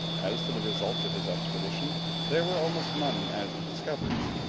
as to the results of his expedition they were almost none as to discoveries,